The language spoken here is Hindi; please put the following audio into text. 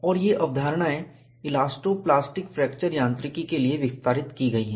और ये अवधारणाएं इलास्टो प्लास्टिक फ्रैक्चर यांत्रिकी के लिए विस्तारित की गयी हैं